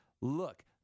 Look